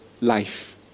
life